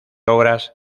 obras